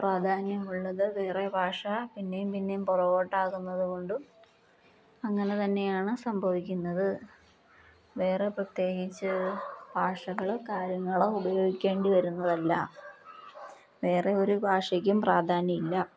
പ്രാധാന്യം ഉള്ളത് വേറെ ഭാഷ പിന്നെയും പിന്നെയും പുറകോട്ടാകുന്നതു കൊണ്ടും അങ്ങനെ തന്നെയാണ് സംഭവിക്കുന്നത് വേറെ പ്രത്യേകിച്ച് ഭാഷകളോ കാര്യങ്ങളോ ഉപയോഗിക്കേണ്ടി വരുന്നതല്ല വേറെ ഒരു ഭാഷക്കും പ്രാധാന്യം ഇല്ല